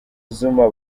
zuma